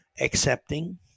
accepting